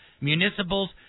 municipals